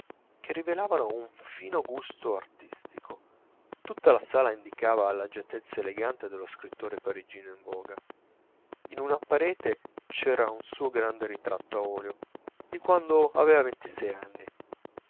che rivelavano un fino gusto artistico tutta la sala indicava l'agiatezza elegante dello scrittore parigino in voga in una parete c'era un suo grande ritratto a olio di quando aveva ventisei anni